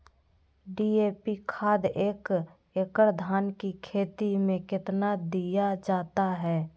DAP खाद एक एकड़ धान की खेती में कितना दीया जाता है?